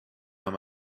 dans